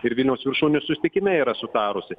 ir vilniaus viršūnių susitikime yra sutarusi